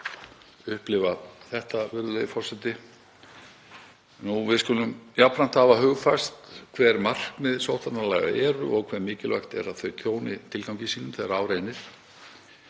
Við skulum jafnframt hafa hugfast hver markmið sóttvarnalaga eru og hve mikilvægt er að þau þjóni tilgangi sínum þegar á reynir,